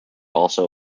also